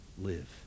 live